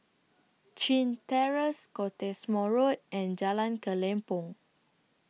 Chin Terrace Cottesmore Road and Jalan Kelempong